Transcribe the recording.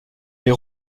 les